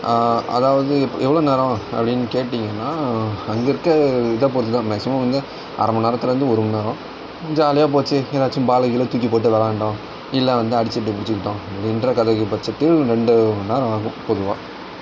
அதாவது எவ்வளோ நேரம் அப்படின்னு கேட்டீங்கன்னா அங்கே இருக்க இதை பொருத்து தான் மேக்சிமம் வந்து அரைமணி நேரத்துலந்து ஒருமணி நேரம் ஜாலியாக போச்சு எதாச்சு பாலை கீலை தூக்கிப்போட்டு விளாண்டோம் இல்லை வந்து அடிச்சிகிட்டு பிடிச்சிட்டோம் அப்படின்ற கதை பட்சத்தில் ரெண்டுமன்நேரம் ஆகும் பொதுவாக